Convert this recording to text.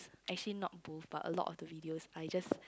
actually not both but a lot of the videos I just